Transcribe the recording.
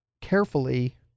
carefully